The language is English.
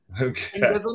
okay